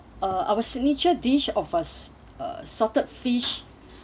uh our signature dish of uh salted fish